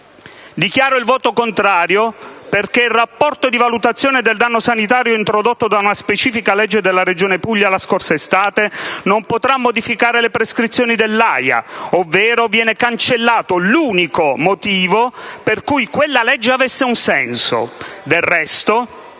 Dichiaro il voto contrario perché il rapporto di valutazione del danno sanitario, introdotto da una specifica legge della Regione Puglia la scorsa estate, non potrà modificare le prescrizioni dell'AIA: ovvero viene cancellato l'unico motivo per cui quella legge avesse un senso.